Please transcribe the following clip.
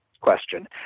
question